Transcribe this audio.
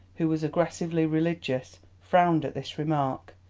who was aggressively religious, frowned at this remark.